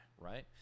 right